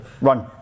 Run